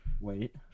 wait